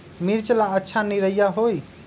मिर्च ला अच्छा निरैया होई?